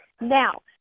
Now